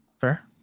Fair